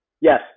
Yes